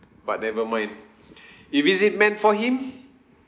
but never mind if is it meant for him